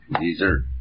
dessert